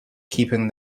keeping